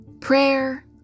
prayer